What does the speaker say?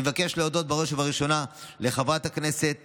אני מבקש להודות בראש ובראשונה לחברת הכנסת